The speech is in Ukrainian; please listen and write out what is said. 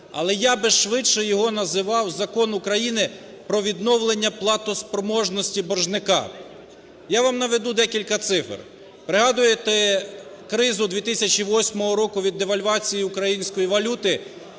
але я би швидше його називав Закон України про відновлення платоспроможності боржника. Я вам наведу декілька цифр. Пригадуєте, кризу 2008 року від девальвації української валюти,